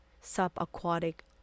sub-aquatic